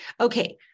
Okay